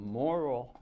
moral